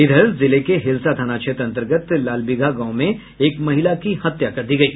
इधर जिले के हिलसा थाना क्षेत्र अंतर्गत लालबिगहा गांव में एक महिला की हत्या कर दी गयी